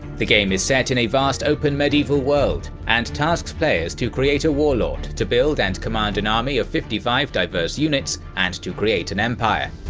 the game is set in a vast open medieval world, and tasks players to create a warlord to build and command an army of fifty five diverse units, and to create an empire!